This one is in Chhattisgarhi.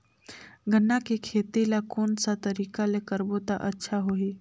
गन्ना के खेती ला कोन सा तरीका ले करबो त अच्छा होही?